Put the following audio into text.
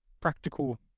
practical